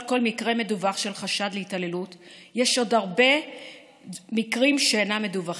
על כל מקרה מדווח של חשד להתעללות יש עוד הרבה מקרים שאינם מדווחים.